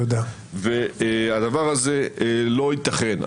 והדבר הזה לא ייתכן.